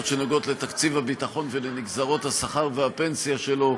שנוגעות לתקציב הביטחון ולנגזרות השכר והפנסיה שלו,